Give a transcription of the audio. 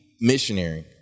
missionary